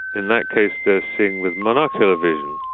in that case they're seeing with monocular vision.